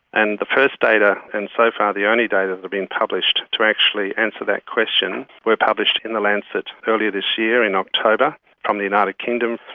and the first data and so far the only data that has been published to actually answer that question were published in the lancet earlier this year in october from the united kingdom,